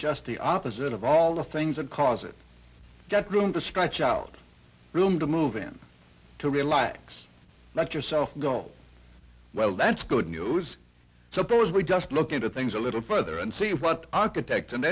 just the opposite of all the things that cause it to get room to stretch out room to move in to relax let yourself go well that's good news suppose we just look into things a little further and see what architects and